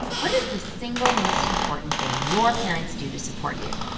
what is the single most important thing your parents do to support you?